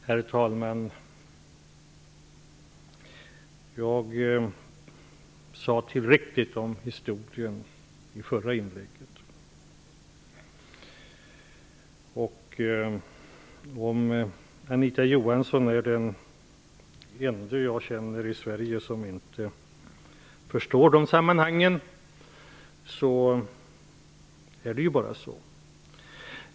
Herr talman! Jag sade tillräckligt om historien i förra inlägget. Om Anita Johansson är den enda jag känner i Sverige som inte förstår de sammanhangen är det bara så.